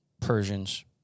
Persians